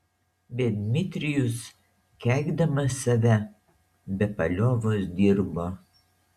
bet dmitrijus keikdamas save be paliovos dirbo